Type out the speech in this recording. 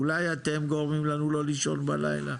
אולי אתם גורמים לנו לא לישון בלילה?